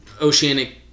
oceanic